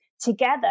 together